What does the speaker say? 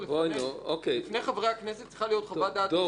לפני חברי הכנסת צריכה להיות חוות דעת משפטית.